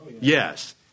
Yes